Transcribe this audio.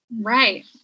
Right